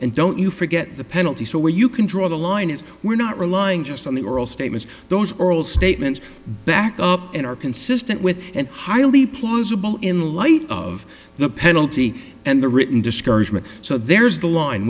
and don't you forget the penalty so where you can draw the line is we're not relying just on the oral statements those oral statements back up and are consistent with and highly plausible in light of the penalty and the written discouragement so there's the l